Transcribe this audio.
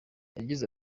yagize